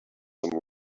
some